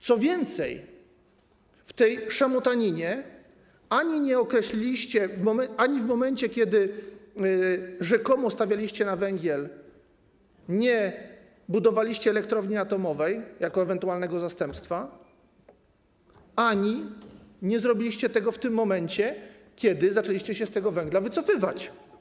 Co więcej, w tej szamotaninie ani w momencie, kiedy rzekomo stawialiście na węgiel, nie budowaliście elektrowni atomowej jako ewentualnego zastępstwa, ani nie zrobiliście tego w tym momencie, kiedy zaczęliście się z wydobycia węgla wycofywać.